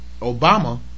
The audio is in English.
Obama